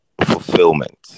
Fulfillment